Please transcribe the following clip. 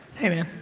hey man.